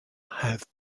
have